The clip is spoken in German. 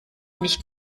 nicht